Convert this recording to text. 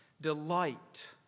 delight